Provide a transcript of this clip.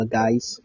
guys